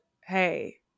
hey